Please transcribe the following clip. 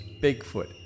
Bigfoot